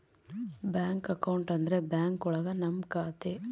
bank account ಅಂದ್ರೆ bank ಒಳಗ ನಮ್ ಖಾತೆ